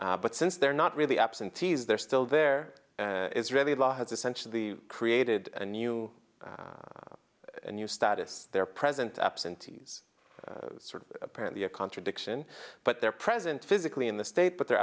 but since they're not really absentees they're still there israeli law has essentially created a new a new status their present absentees sort of apparently a contradiction but they're present physically in the state but the